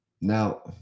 Now